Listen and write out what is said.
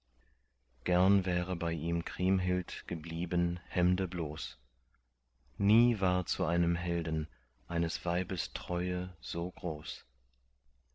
gern wäre bei ihm kriemhild geblieben hemdebloß nie war zu einem helden eines weibes treue so groß